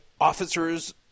officers